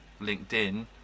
LinkedIn